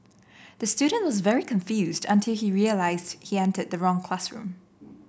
the student was very confused until he realised he entered the wrong classroom